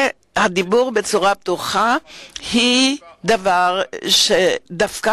ביקורת היא פעולה לגיטימית ולפעמים אין לוותר עליה,